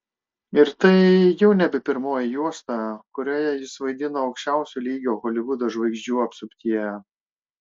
ir tai jau ne pirmoji juosta kurioje jis vaidino aukščiausio lygio holivudo žvaigždžių apsuptyje